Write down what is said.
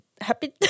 happy